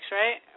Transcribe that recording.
right